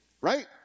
right